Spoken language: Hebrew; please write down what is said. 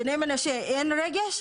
לבני מנשה אין רגש?